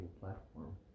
platform